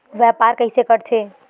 व्यापार कइसे करथे?